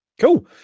Cool